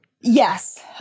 Yes